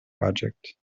project